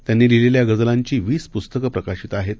त्यांनीलिहिलेल्यागजलांचीवीसपुस्तकंप्रकाशितआहेत